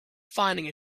finding